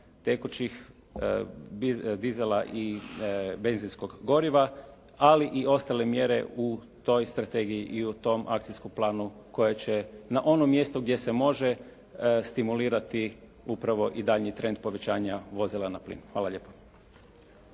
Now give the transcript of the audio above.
tekućih dizela i benzinskog goriva ali i ostale mjere u toj strategiji i u tom akcijskom planu koja će na onom mjestu gdje se može stimulirati upravo i daljnji trend povećanja vozila na plin. Hvala lijepa.